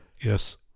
yes